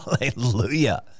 Hallelujah